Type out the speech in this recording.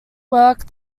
work